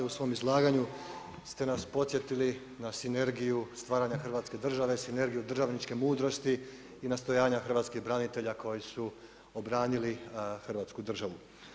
U svom izlaganju ste nas podsjetili na sinergiju stvaranja Hrvatske države, sinergiju državničke mudrosti i nastojanja hrvatskih branitelja koji su obranili Hrvatsku državu.